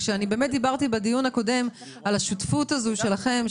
כשדיברתי בדיון הקודם על השותפות הזו שלכם,